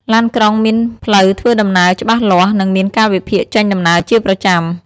ឡានក្រុងមានផ្លូវធ្វើដំណើរច្បាស់លាស់ និងមានកាលវិភាគចេញដំណើរជាប្រចាំ។